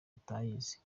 atayizi